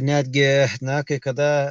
netgi na kai kada